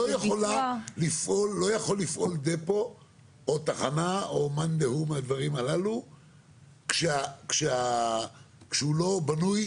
לא יכול לפעול דפו או תחנה או מאן דהוא מהדברים הללו כשהוא לא בנוי